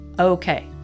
Okay